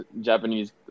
Japanese